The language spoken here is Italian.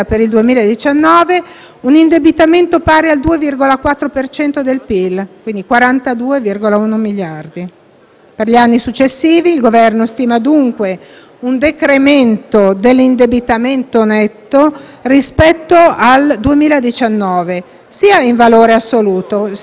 e, in termini assoluti, pari a 42,1 miliardi. Per gli anni successivi il Governo stima, dunque, un decremento dell'indebitamento netto rispetto al 2019 sia in valore assoluto sia in rapporto al PIL,